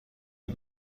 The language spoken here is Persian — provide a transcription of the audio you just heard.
این